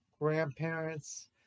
grandparents